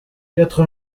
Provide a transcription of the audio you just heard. quatre